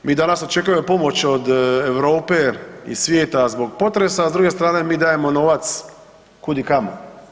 Mi danas očekujemo pomoć od Europe i svijeta zbog potresa, a s druge strane mi dajemo novac kud i kamo.